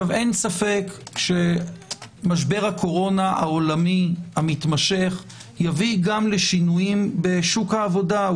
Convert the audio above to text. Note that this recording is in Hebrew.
אין ספק שמשבר הקורונה העולמי המתמשך יביא גם לשינויים בשוק העבודה.